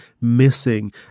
missing